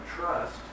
trust